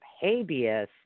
habeas